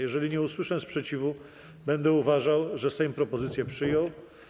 Jeżeli nie usłyszę sprzeciwu, będę uważał, że Sejm propozycję przyjął.